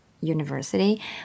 university